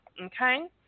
Okay